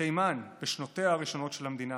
מתימן בשנותיה הראשונות של המדינה